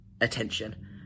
attention